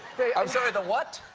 i'm sorry, the what?